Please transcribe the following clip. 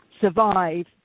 survive